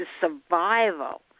survival